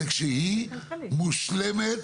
זה כשהיא מושלמת,